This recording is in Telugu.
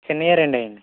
చిన్నవే రెండు వేయ్యండి